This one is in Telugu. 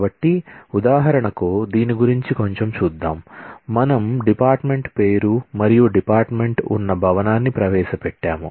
కాబట్టి ఉదాహరణకు దీని గురించి కొంచెం చూద్దాం మనం డిపార్ట్మెంట్ పేరు మరియు డిపార్ట్మెంట్ ఉన్న భవనాన్ని ప్రవేశపెట్టాము